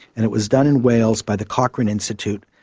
and it was done in wales by the cochrane institute.